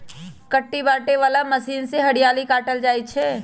कुट्टी काटे बला मशीन से हरियरी काटल जाइ छै